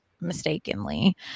mistakenly